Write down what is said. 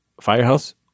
firehouse